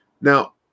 Now